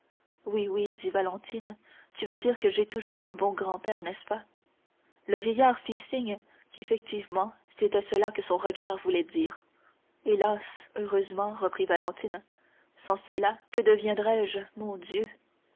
oui oui dit valentine tu veux dire que j'ai toujours un bon grand-père n'est-ce pas le vieillard fit signe qu'effectivement c'était cela que son regard voulait dire hélas heureusement reprit valentine sans cela que deviendrais-je mon dieu